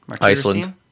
Iceland